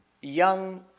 young